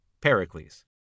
Pericles